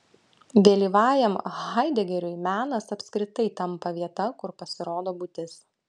vėlyvajam haidegeriui menas apskritai tampa vieta kur pasirodo būtis